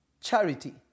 charity